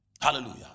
Hallelujah